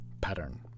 pattern